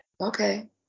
Okay